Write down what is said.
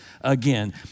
again